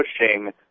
pushing